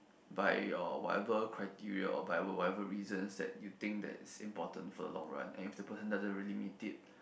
by your whatever criteria or by whatever reasons that you think it's important for the long run and if the person doesn't really meet it